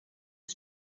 des